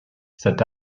cet